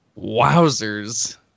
Wowzers